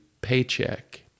paycheck